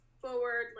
forward